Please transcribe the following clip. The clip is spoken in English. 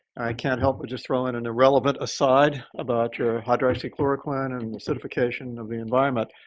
i can't help but just throw in an irrelevant aside about your hydroxychloroquine and and its implication of the environment.